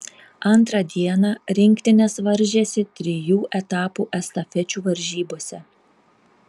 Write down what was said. antrą dieną rinktinės varžėsi trijų etapų estafečių varžybose